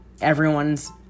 everyone's